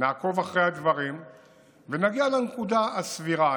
נעקוב אחרי הדברים ונגיע לנקודה הסבירה.